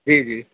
جی جی